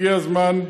הגיע הזמן,